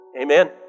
Amen